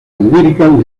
líricas